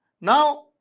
Now